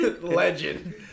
Legend